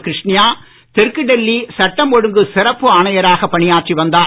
கிருஷ்ணியா தெற்கு டெல்லி சட்டம் ஒழுங்கு சிறப்பு ஆணையராக பணியாற்றி வந்தார்